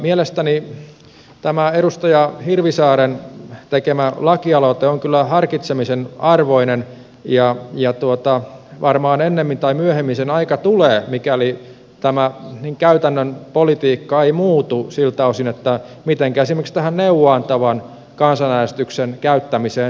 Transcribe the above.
mielestäni tämä edustaja hirvisaaren tekemä lakialoite on kyllä harkitsemisen arvoinen ja varmaan ennemmin tai myöhemmin sen aika tulee mikäli tämä käytännön politiikka ei muutu siltä osin mitenkä esimerkiksi tähän neuvoa antavan kansanäänestyksen käyttämiseen suhtaudutaan